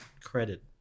credit